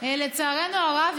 לצערנו הרב,